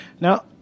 Now